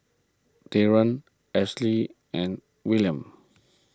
Taren Ashlee and Williams